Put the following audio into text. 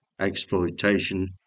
exploitation